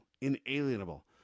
inalienable